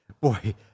boy